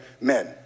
men